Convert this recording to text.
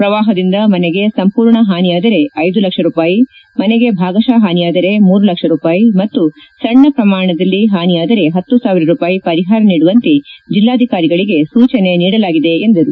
ಪ್ರವಾಪದಿಂದ ಮನೆಗೆ ಸಂಪೂರ್ಣ ಹಾನಿಯಾದರೆ ಐದು ಲಕ್ಷ ರೂಪಾಯಿ ಮನೆ ಭಾಗಶಃ ಹಾನಿಯಾದರೆ ಮೂರು ಲಕ್ಷ ರೂಪಾಯಿ ಮತ್ತು ಸಣ್ಣ ಪ್ರಮಾಣದಲ್ಲಿ ಹಾನಿಯಾದರೆ ಹತ್ತು ಸಾವಿರ ರೂಪಾಯಿ ಪರಿಹಾರ ನೀಡುವಂತೆ ಜಿಲ್ಲಾಧಿಕಾರಿಗಳಿಗೆ ಸೂಚನೆ ನೀಡಲಾಗಿದೆ ಎಂದರು